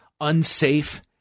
unsafe